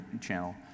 channel